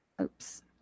Oops